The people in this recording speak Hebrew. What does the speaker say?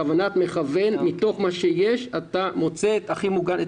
בכוונת מכוון מתוך מה שיש אתה מוצא את הכי מוגן.